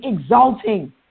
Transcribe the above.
exalting